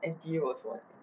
N_T_U also [what]